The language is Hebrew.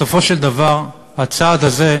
בסופו של דבר, הצעד הזה,